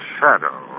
Shadow